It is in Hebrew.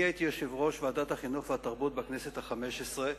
אני הייתי יושב-ראש ועדת החינוך והתרבות בכנסת החמש-עשרה,